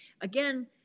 again